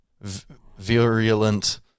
virulent